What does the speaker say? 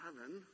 heaven